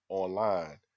online